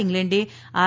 ઇંગ્લેન્ડે આર